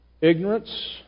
ignorance